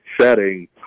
setting